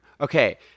Okay